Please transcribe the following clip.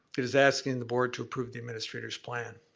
it is asking the board to approve the administrator's plan.